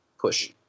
push